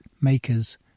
makers